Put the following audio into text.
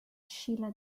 shiela